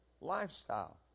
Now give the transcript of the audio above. lifestyle